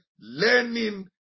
learning